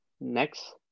next